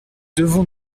devons